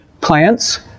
plants